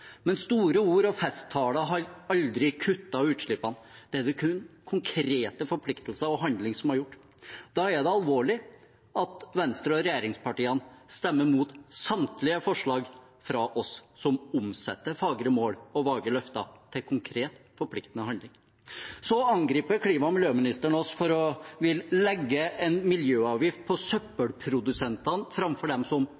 Men store ord og festtaler har aldri kuttet utslippene. Det er det kun konkrete forpliktelser og handling som har gjort. Da er det alvorlig at Venstre og regjeringspartiene stemmer mot samtlige forslag fra oss, som omsetter fagre mål og vage løfter til konkret, forpliktende handling. Så angriper klima- og miljøministeren oss for å ville legge en miljøavgift på søppelprodusentene framfor på dem som